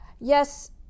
Yes